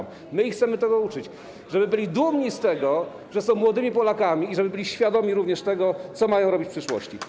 My ich chcemy tego uczyć, żeby byli dumni z tego, że są młodymi Polakami, i żeby byli świadomi również tego, co mają robić w przyszłości.